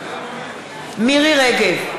מירי רגב,